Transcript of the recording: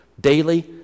daily